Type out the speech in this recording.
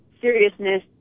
seriousness